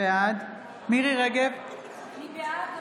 בעד מירי מרים רגב, בעד אני בעד,